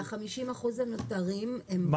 וה-50% הנותרים הם גם